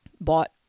bought